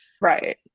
Right